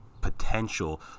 potential